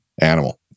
animal